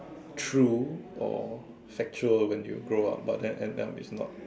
true or factual when you grow up but then end up is not